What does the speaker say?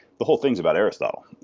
the whole thing is about aristotle.